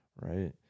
right